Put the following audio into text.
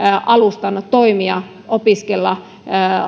alustan toimia opiskella